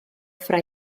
fra